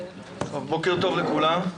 בוקר טוב לכולם.